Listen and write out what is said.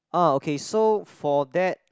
orh okay so for that